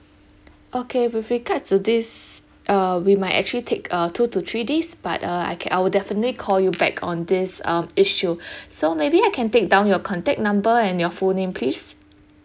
okay with regards to this uh we might actually take uh two to three days but uh I can I'll definitely call you back on this uh issue so maybe I can take down your contact number and your full name please